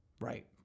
right